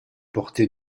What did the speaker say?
porté